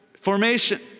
formation